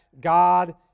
God